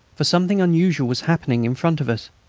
for something unusual was happening in front of us.